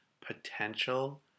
potential